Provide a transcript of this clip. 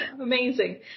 Amazing